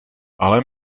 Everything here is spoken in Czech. ale